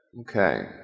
Okay